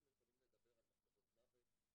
אנחנו יכולים לדבר על מחשבות מוות,